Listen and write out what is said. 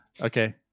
Okay